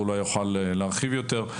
אולי הוא יוכל להרחיב יותר.